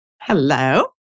Hello